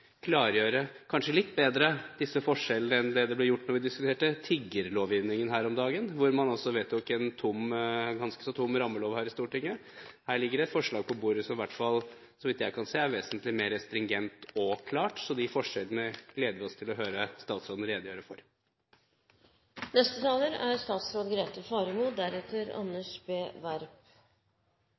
klargjøre disse forskjellene kanskje litt bedre enn det som ble gjort da vi diskuterte tiggerlovgivningen her om dagen, hvor man vedtok en ganske tom rammelov. Her ligger det et forslag på bordet som så vidt jeg kan se, er vesentlig mer stringent og klart, så de forskjellene gleder vi oss å høre statsråden redegjøre for. Man kan stille spørsmål om det er